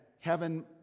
heaven